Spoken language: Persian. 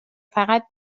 فقط